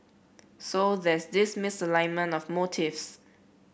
so there's this misalignment of motives